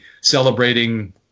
celebrating